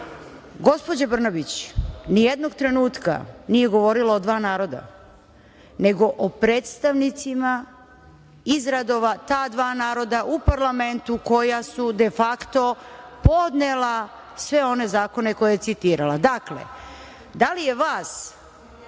gospođa Brnabić ni jednog trenutka nije govorila o dva naroda, nego o predstavnicima iz redova ta dva naroda u parlamentu koja su de fakto podnela sve one zakone koje je citirala. Dakle, da li je vas